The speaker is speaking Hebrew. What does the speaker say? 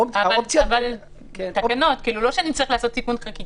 אבל תקנות, לא שנצטרך לעשות תיקון חקיקה.